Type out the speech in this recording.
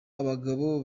abagabo